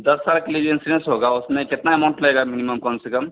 दस साल के लिजिंसनेंस होगा उसमें कितना एमाउन्ट लगेगा मिनिमम कम से कम